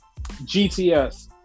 GTS